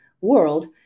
world